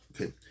Okay